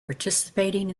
participating